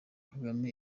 kagame